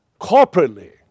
corporately